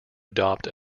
adopt